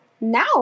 now